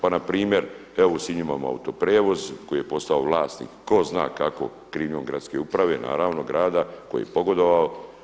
Pa npr. u Sinju imamo Autoprijevoz koji je postao vlasnik tko zna kakvom krivnjom gradske uprave naravno grada koji je pogodovao.